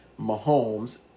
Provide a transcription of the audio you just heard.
Mahomes